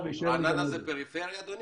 רעננה בפריפריה, אדוני?